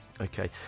okay